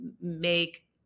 make